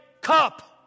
cup